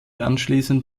anschließend